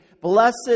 Blessed